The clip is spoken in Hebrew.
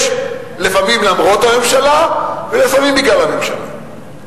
לפעמים למרות הממשלה ולפעמים בגלל הממשלה.